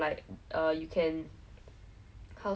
so then when you step on it it feels like you are you are sinking